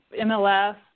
MLS